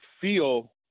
feel